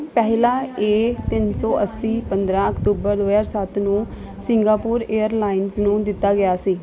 ਪਹਿਲਾ ਇਹ ਤਿੰਨ ਸੌ ਅੱਸੀ ਪੰਦਰਾਂ ਅਕਤੂਬਰ ਦੋ ਹਜ਼ਾਰ ਸੱਤ ਨੂੰ ਸਿੰਗਾਪੁਰ ਏਅਰਲਾਈਨਜ਼ ਨੂੰ ਦਿੱਤਾ ਗਿਆ ਸੀ